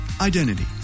Identity